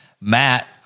Matt